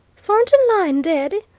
thornton lyne dead!